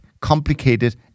complicated